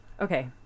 Okay